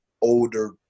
older